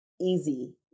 easy